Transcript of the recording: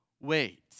wait